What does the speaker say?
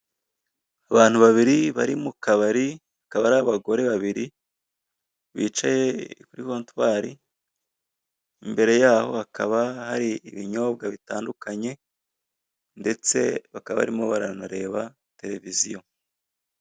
Abantu babiri bari mu kabari akaba ari abagore babiri bicaye kurri kontwari imbere yaho hakaba hari ibinyobwa bitandukanye ndetse bakaba barimo baranareba tereviziyo.